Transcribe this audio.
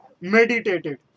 meditated